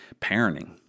Parenting